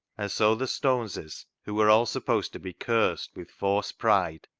and so the stoneses, who were all supposed to be cursed with fawse pride,